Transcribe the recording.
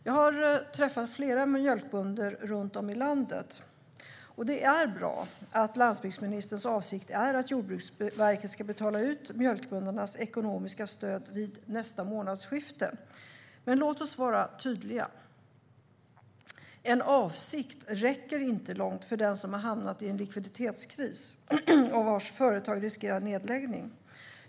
Jag har träffat flera mjölkbönder runt om i landet, och det är bra att landsbygdsministerns avsikt är att Jordbruksverket ska betala ut mjölkböndernas ekonomiska stöd vid nästa månadsskifte. Men låt oss vara tydliga: En avsikt räcker inte långt för den som har hamnat i en likviditetskris och vars företag riskerar nedläggning.